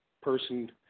person